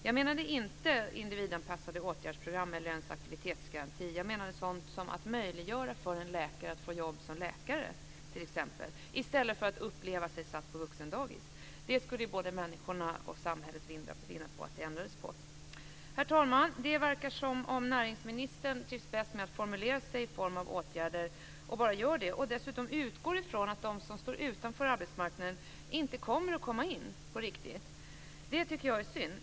Jag menade inte individanpassade åtgärdsprogram eller ens aktivitetsgaranti; jag menade sådant som att möjliggöra för en läkare att få jobb som läkare i stället för att uppleva sig satt på vuxendagis. Om detta kunde ändras skulle både människorna och samhället vinna på det. Herr talman! Det verkar som om näringsministern trivs bäst med att formulera sig i form av åtgärder och bara gör det - och dessutom utgår från att de som står utanför arbetsmarknaden inte kommer att komma in på riktigt. Det tycker jag är synd.